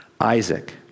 Isaac